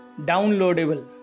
downloadable